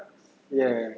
ya